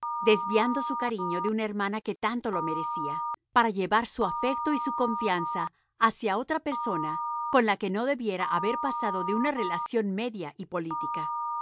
desviando su cariño de una hermana que tanto lo merecía para llevar su afecto y su confianza hacia otra persona con la que no debiera haber pasado de una relación media y política